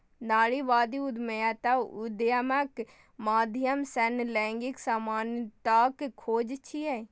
नारीवादी उद्यमिता उद्यमक माध्यम सं लैंगिक समानताक खोज छियै